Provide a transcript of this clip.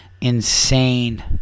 insane